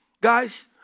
guys